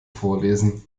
vorlesen